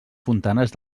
fontanars